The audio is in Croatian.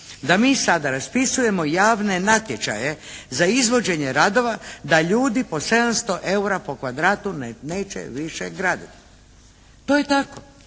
da mi sada raspisujemo javne natječaje za izvođenje radova da ljudi po 700 eura po kvadratu neće više graditi. To je tako